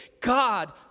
God